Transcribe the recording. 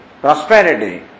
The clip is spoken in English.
prosperity